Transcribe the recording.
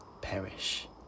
perish